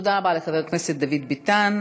תודה רבה לחבר הכנסת דוד ביטן.